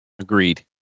Agreed